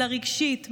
אלא רגשית,